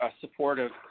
supportive